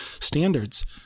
standards